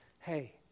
hey